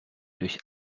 durch